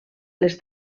les